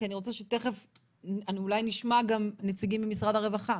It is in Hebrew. כי אני רוצה שתיכף אולי נשמע גם נציגים ממשרד הרווחה.